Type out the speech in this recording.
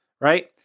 Right